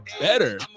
better